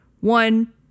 one